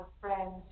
friends